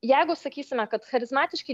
jeigu sakysime kad charizmatiški